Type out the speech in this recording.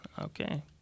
Okay